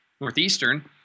Northeastern